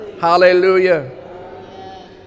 Hallelujah